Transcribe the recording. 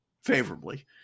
favorably